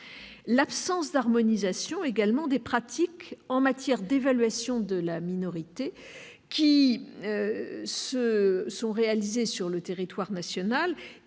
l'absence d'harmonisation des pratiques en matière d'évaluations de la minorité réalisées sur le territoire national-